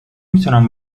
میتونم